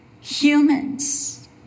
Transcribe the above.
humans